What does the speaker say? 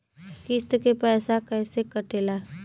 किस्त के पैसा कैसे कटेला?